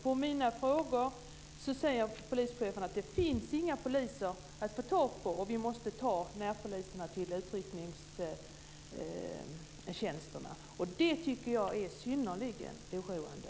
På mina frågor svarar polischefen att det inte finns några poliser att få tag på. Vi måste ta närpoliserna till utryckningstjänsterna. Det tycker jag är synnerligen oroande.